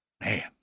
Man